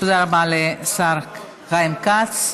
תודה רבה לשר חיים כץ.